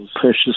precious